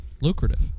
Lucrative